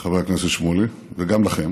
חבר הכנסת שמולי, וגם לכם.